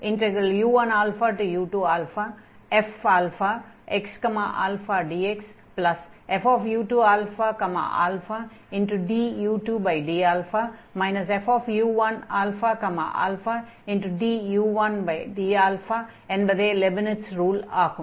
ddu1u2fxαdx fu2ααdu2dα fu1ααdu1dα என்பதே Leibniz rule ஆகும்